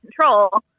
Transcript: control